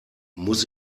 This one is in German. muss